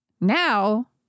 now